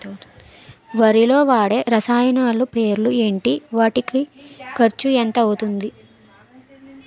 వరిలో వాడే రసాయనాలు పేర్లు ఏంటి? వాటి ఖర్చు ఎంత అవతుంది?